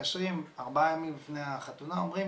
מתקשרים ארבעה ימים לפני החתונה ואומרים